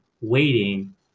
waiting